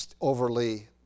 overly